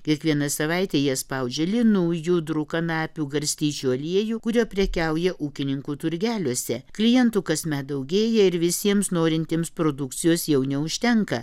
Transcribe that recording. kiekvieną savaitę jie spaudžia linų judrų kanapių garstyčių aliejų kuriuo prekiauja ūkininkų turgeliuose klientų kasmet daugėja ir visiems norintiems produkcijos jau neužtenka